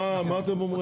אז מה, מה אתם אומרים?